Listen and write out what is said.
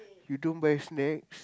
you don't buy snacks